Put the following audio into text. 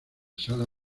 sala